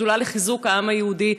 השדולה לחיזוק העם היהודי,